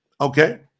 Okay